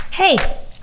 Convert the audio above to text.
Hey